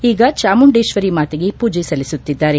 ಈಗ ಚಾಮುಂಡೇಕ್ವರಿ ಮಾತೆಗೆ ಪೂಜೆ ಸಲ್ಲಿಸುತ್ತಿದ್ದಾರೆ